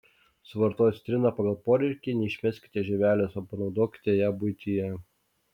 suvartoję citriną pagal poreikį neišmeskite žievelės o panaudokite ją buityje